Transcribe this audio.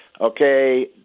Okay